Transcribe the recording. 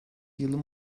yılın